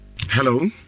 Hello